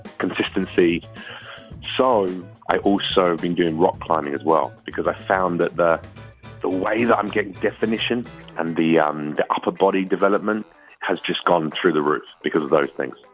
consistency so i've also been doing rock climbing as well, because i found that the the ways i'm getting definition and the um the upper body development has just gone through the roof because of those things.